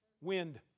wind